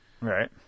right